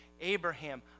Abraham